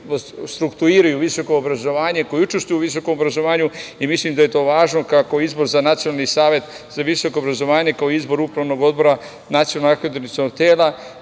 koji struktuiraju visoko obrazovanje, koji učestvuju u visokom obrazovanju i mislim da je to važno kako izbor za Nacionalni savet za visoko obrazovanje kao i izbor upravnog odbora Nacionalnog akreditacionog tela. Jako